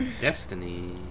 Destiny